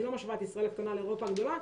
אני לא משווה את ישראל הקטנה לאירופה הגדולה,